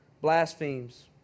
blasphemes